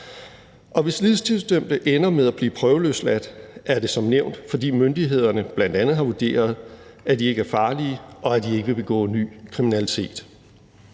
hvis livstidsdømte ender med at blive prøveløsladt, er det som nævnt, fordi myndighederne bl.a. har vurderet, at de ikke er farlige, og at de ikke vil begå ny kriminalitet.